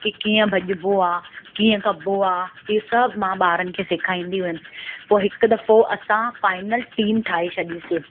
कि कीअं भॼिबो आहे कीअं करिणो आहे इहो सभु मां ॿारनि खे सेखारींदी हुयमि पोइ हिकु दफ़ो असां फाइनल टीम ठाहे छॾीसीं